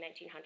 1900